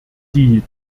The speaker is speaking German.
die